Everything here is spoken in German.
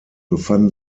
befanden